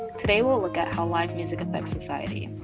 today we'll look at how live music affects society.